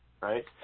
right